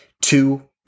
Two